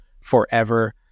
forever